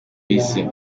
isi